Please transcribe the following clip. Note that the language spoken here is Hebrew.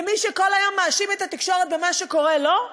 למי שכל היום מאשים את התקשורת במה שקורה לו?